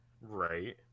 Right